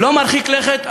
לא מרחיק לכת,